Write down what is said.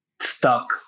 stuck